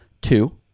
two